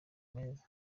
meza